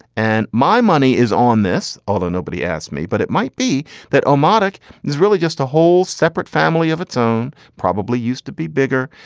and my money is on this, although nobody asked me. but it might be that um o like is really just a whole separate family of its own. probably used to be bigger.